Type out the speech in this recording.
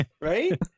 right